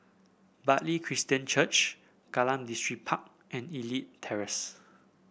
Bartley Christian Church Kallang Distripark and Elite Terrace